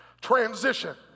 transition